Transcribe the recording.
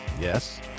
Yes